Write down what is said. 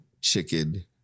chicken